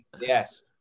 Yes